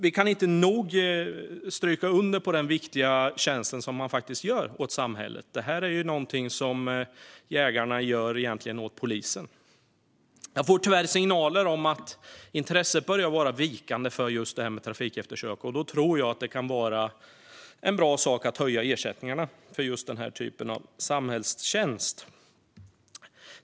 Vi kan inte nog understryka den viktiga tjänst som de faktiskt utför åt samhället; detta är någonting som jägarna egentligen gör åt polisen. Jag får tyvärr signaler om att intresset för trafikeftersök börjar att vika. Då tror jag att det kan vara bra att höja ersättningarna för just denna typ av samhällstjänst.